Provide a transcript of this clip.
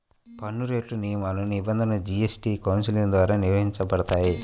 పన్నురేట్లు, నియమాలు, నిబంధనలు జీఎస్టీ కౌన్సిల్ ద్వారా నిర్వహించబడతాయి